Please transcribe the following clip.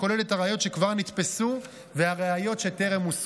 הן הראיות שכבר נתפסו והן הראיות שטרם הושגו.